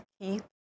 Keith